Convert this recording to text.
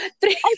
three